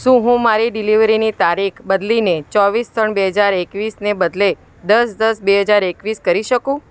શું હું મારી ડિલિવરીની તારીખ બદલીને ચોવીસ ત્રણ બે હજાર એકવીસને બદલે દસ દસ બે હજાર એકવીસ કરી શકું